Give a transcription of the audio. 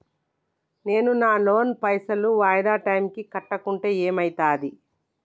నేను నా లోన్ పైసల్ వాయిదా టైం కి కట్టకుంటే ఏమైతది?